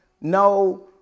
No